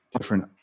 different